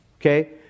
Okay